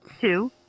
two